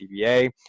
CBA